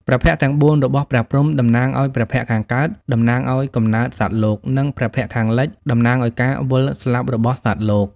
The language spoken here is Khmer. ព្រះភ័ក្ត្រទាំង៤ របស់ព្រះព្រហ្មតំណាង ព្រះភ័ក្ត្រខាងកើត តំណាងឱ្យកំណើតសត្វលោក និង ព្រះភ័ក្ត្រខាងលិច តំណាងឱ្យការវិលស្លាប់របស់សត្វលោក។។